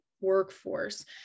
workforce